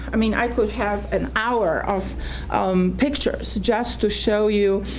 i mean i could have an hour of pictures just to show you